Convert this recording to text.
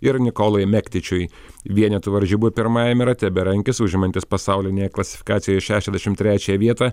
ir nikolui mektičiui vienetų varžybų pirmajame rate berankis užimantis pasaulinėje klasifikacijoje šešiasdešimt trečią vietą